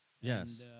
Yes